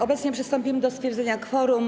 Obecnie przystąpimy do stwierdzenia kworum.